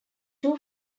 two